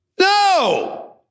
No